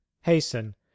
Hasten